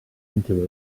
into